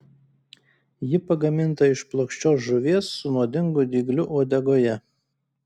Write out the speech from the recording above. ji pagaminta iš plokščios žuvies su nuodingu dygliu uodegoje